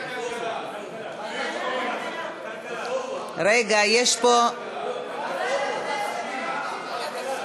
בעד, אין מתנגדים, אין נמנעים.